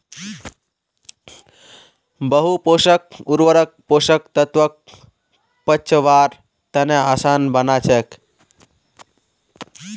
बहु पोषक उर्वरक पोषक तत्वक पचव्वार तने आसान बना छेक